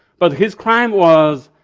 but his crime was